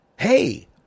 Hey